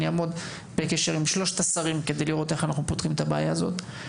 אני אעמוד בקשר עם שלושת השרים כדי לראות איך פותרים את הבעיה הזאת.